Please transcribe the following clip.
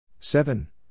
Seven